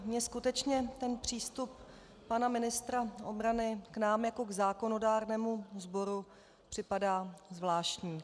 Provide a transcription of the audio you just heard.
Mně skutečně ten přístup pana ministra obrany k nám jako k zákonodárnému sboru připadá zvláštní.